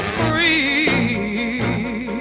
free